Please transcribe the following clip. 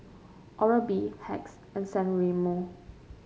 Oral B Hacks and San Remo